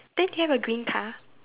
then do you have a green car